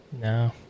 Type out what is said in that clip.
no